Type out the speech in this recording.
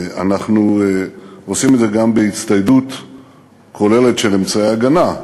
אנחנו עושים את זה גם בהצטיידות כוללת של אמצעי הגנה,